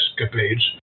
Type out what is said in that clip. escapades